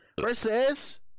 Versus